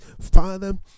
Father